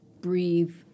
breathe